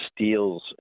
steals